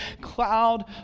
cloud